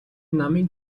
намын